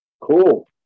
Cool